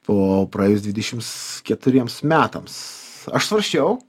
po praėjus dvidešims keturiems metams aš svarsčiau